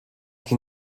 can